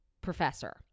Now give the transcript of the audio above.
professor